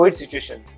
situation